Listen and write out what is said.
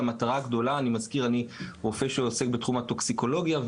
אני רופא שעוסק בתחום הטוקסיקולוגיה,